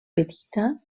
petita